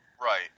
Right